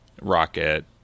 Rocket